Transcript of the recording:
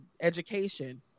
education